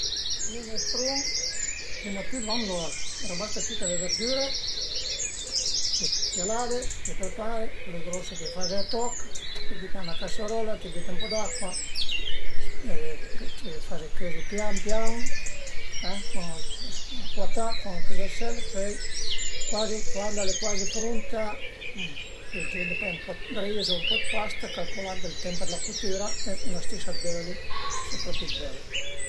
Për ël minestrun prim dë tüt va ën l'ort, rabasta tüte le verdüre, t'ie lave, t'ie prepare, cule grose t'ie faze a toch, t'ie büte ën la casarola, t'ie büte ën po d'acua, t'ie faze cözi pian pian cuatà cun ël cübersel, pöi cuazi cuand al e cuazi prunta t'ie giunte pöi ën po dë ris o ën po dë pasta calculant ël temp d'la cutüra e 'na stisa d'öli se propi t'völe